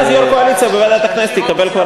ואז יו"ר הקואליציה בוועדת הכנסת יקבל כבר